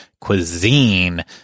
cuisine